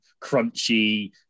crunchy